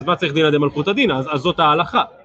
אז מה צריך דינא דמלכותא דינא? אז זאת ההלכה.